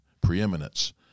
preeminence